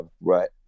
right